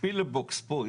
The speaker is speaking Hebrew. הפילבוקס פה,